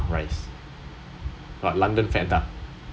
duck rice what london fat duck